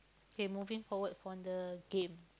okay moving forward from the game